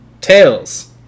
Tails